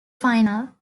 final